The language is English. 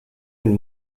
and